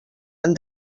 han